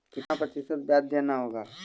कितना प्रतिशत ब्याज देना होगा?